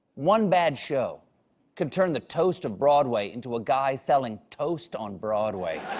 one bad show could turn the toast of broadway into a guy selling toast on broadway.